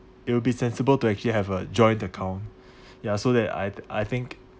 it will be sensible to actually have a joint account ya so that I I think